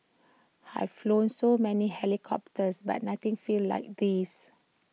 have flown so many helicopters but nothing feels like this